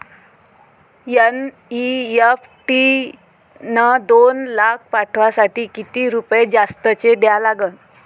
NEFT न दोन लाख पाठवासाठी किती रुपये जास्तचे द्या लागन?